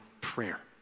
prayer